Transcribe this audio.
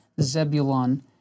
Zebulon